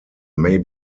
may